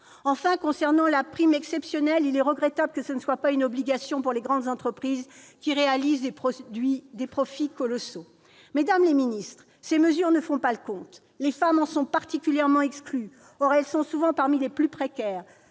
regrettable que la prime exceptionnelle ne soit pas une obligation pour les grandes entreprises qui réalisent des profits colossaux. Mesdames, monsieur les ministres, ces mesures ne font pas le compte. Les femmes en sont particulièrement exclues ; or elles sont souvent parmi les plus précaires.